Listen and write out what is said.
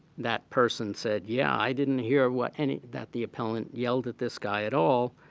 that person said, yeah, i didn't hear what any that the appellant yelled at this guy at all.